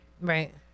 right